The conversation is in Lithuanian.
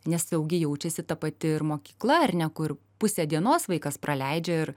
nesaugiai jaučiasi ta pati ir mokykla ar ne kur pusę dienos vaikas praleidžia ir